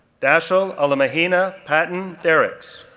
dashiell alamahina patton dericks,